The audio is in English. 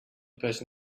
person